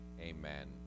Amen